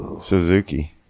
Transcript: Suzuki